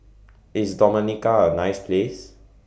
IS Dominica A nice Place